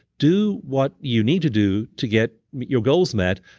do what you need to do to get your goals met,